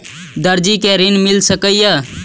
दर्जी कै ऋण मिल सके ये?